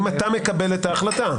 תודה רבה.